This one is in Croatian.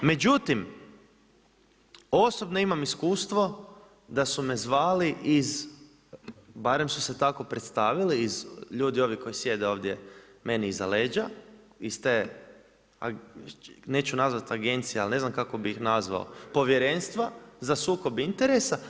Međutim, osobno imam iskustvo da su me zvali iz barem su se tako predstavili ljudi koji ovi koji sjede ovdje meni iza leđa, iz te, neću nazvati agencije ali ne znam kako bi ih nazvao, Povjerenstva za sukob interesa.